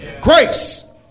grace